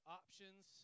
options